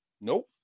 nope